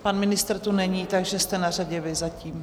Pan ministr tu není, takže jste na řadě vy zatím.